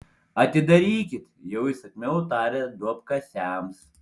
atidarykit jau įsakmiau tarė duobkasiams